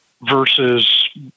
versus